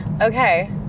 Okay